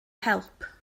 help